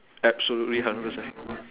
absolutely hundred percent